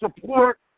support